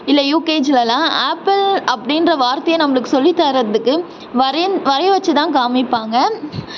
இல்லை யுகேஜிலெலாம் ஆப்பிள் அப்படின்ற வார்த்தையை நம்பளுக்கு சொல்லி தர்றதுக்கு வரையும் வரைய வச்சு தான் காமிப்பாங்க